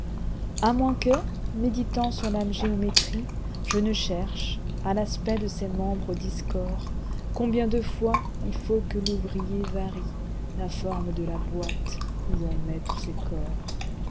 à moins que méditant sur la géométrie je ne cherche à l'aspect de ces membres discorda combien de fois il faut que l'ouvrier varie la forme de la boîte où ton met tous ces corps